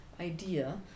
idea